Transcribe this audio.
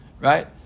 right